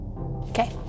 Okay